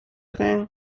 again